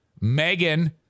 Megan